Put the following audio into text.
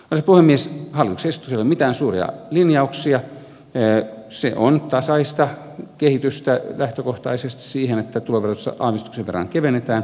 hallituksen esityksessä ei ole mitään suuria linjauksia se on tasaista kehitystä lähtökohtaisesti siihen että tuloverotusta aavistuksen verran kevennetään